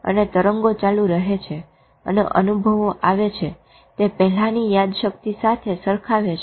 અને તરંગો ચાલુ રહે છે અને અનુભાવો આવે છે તે પહેલાની યાદશક્તિ સાથે સરખાવે છે